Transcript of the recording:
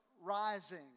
rising